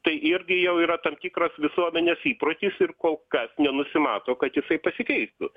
tai irgi jau yra tam tikras visuomenės įprotis ir kol kas nenusimato kad jisai pasikeistų